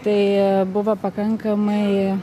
tai buvo pakankamai